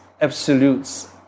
absolutes